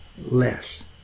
less